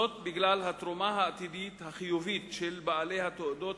זאת בגלל התרומה העתידית החיובית של בעלי התעודות